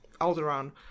Alderaan